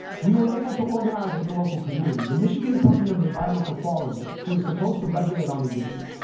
we were able to organize with the local community. the michigan department of environmental quality, who is supposed to regulate on these issues,